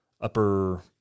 upper